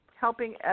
helping